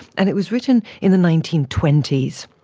and it was written in the nineteen twenty s.